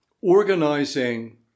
organizing